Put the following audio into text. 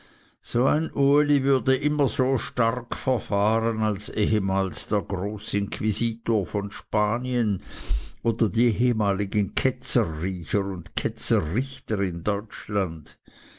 so ein uli würde immer so stark verfahren als ehemals der großinquisitor von spanien oder die ehemaligen ketzerriecher und ketzerrichter in deutschland